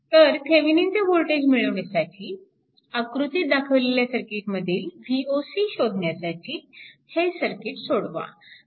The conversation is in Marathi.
तर थेविनिनचे वोल्टेज मिळविण्यासाठी आकृतीत दाखवलेल्या सर्किटमधील Voc शोधण्यासाठी हे सर्किट सोडवा